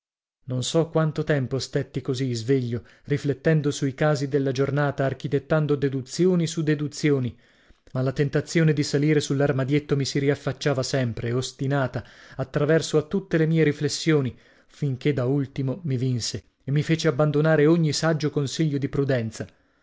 non so quanto tempo stetti così sveglio riflettendo sui casi della giornata architettando deduzioni su deduzioni ma la tentazione di salire sull'armadietto mi si riaffacciava sempre ostinata a traverso a tutte le mie riflessioni finché da ultimo mi vinse e mi fece abbandonare ogni saggio consiglio di prudenza